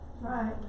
Right